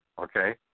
okay